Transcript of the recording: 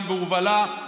גם בהובלה.